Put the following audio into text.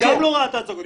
הוא גם לא ראה את ההצגות.